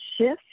shift